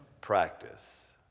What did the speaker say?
practice